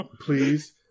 Please